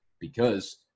because-